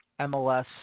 MLS